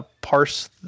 parse